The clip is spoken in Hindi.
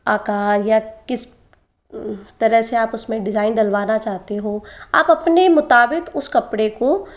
आकार या किस तरह से आप उसमें डिजाइन डलवाना चाहते हो आप अपने मुताबित उस कपड़े को